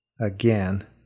again